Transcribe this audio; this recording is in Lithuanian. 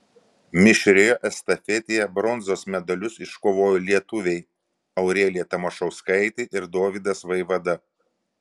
mišrioje estafetėje bronzos medalius iškovojo lietuviai aurelija tamašauskaitė ir dovydas vaivada